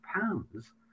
pounds